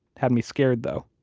had me scared, though.